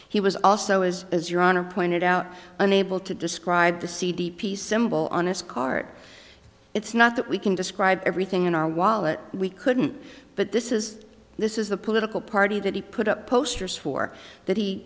he was also as as your honor pointed out unable to describe the cd peace symbol on his cart it's not that we can describe everything in our wallet we couldn't but this is this is the political party that he put up posters for that he